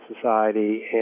Society